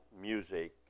music